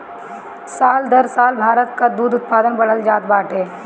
साल दर साल भारत कअ दूध उत्पादन बढ़ल जात बाटे